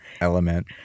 element